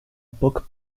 book